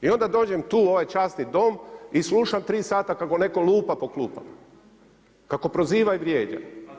I onda dođem tu u ovaj časni Dom i slušam tri sata kako netko lupa po klupama, kako proziva i vrijeđa.